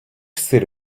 сир